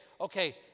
okay